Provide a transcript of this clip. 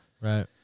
Right